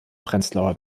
prenzlauer